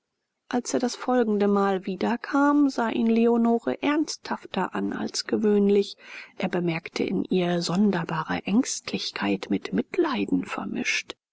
als er das folgende mal wieder kam sah ihn leonore ernsthafter an als gewöhnlich er bemerkte in ihr sonderbare ängstlichkeit mit mitleiden vermischt